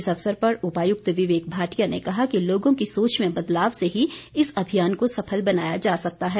इस अवसर पर उपायुक्त विवेक भाटिया ने कहा कि लोगों की सोच में बदलाव से ही इस अभियान को सफल बनाया जा सकता है